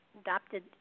adopted